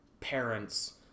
parents